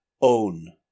own